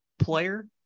player